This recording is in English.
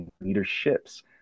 Leaderships